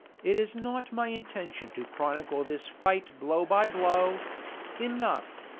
it is not my intention to chronicle this fight blow by blow enough,